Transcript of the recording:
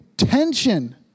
tension